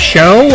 Show